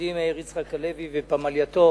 ידידי מאיר יצחק הלוי, ופמלייתו,